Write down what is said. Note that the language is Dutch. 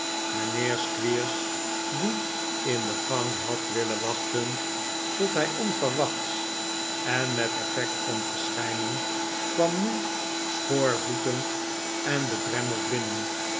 mijnheer squeers die in de gang had willen wachten tot hij onverwachts en met effect kon verschijnen kwam nu sclioorvoetend en bedremmeld binnen